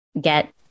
get